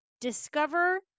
discover